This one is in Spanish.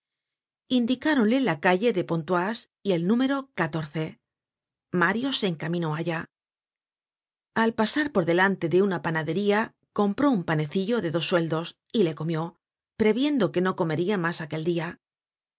indicáronle la calle de pontoise y el número mario se encaminó allá al pasar por delante de una panadería compró un panecillo de dos sueldos y le comió previendo que no comeria mas